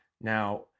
Now